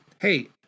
hey